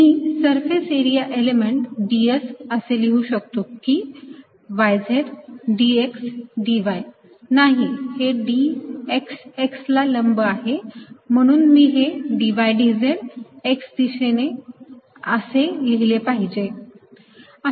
मी surface area element ds असे लिहू शकतो yz dx dy नाही हे dx x ला लंब आहे म्हणून मी हे dydz x दिशेने असे लिहिले पाहिजे